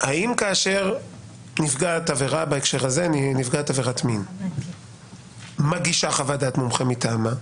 האם כאשר נפגעת עבירת מין מגישה חוות דעת מומחה מטעמה,